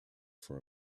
for